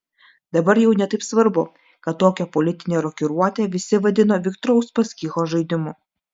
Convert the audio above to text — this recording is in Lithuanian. dabar jau ne taip svarbu kad tokią politinę rokiruotę visi vadino viktoro uspaskicho žaidimu